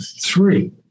three